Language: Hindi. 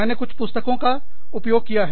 मैंने कुछ पुस्तकों का उपयोग किया है